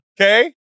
Okay